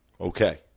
Okay